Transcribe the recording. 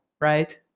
right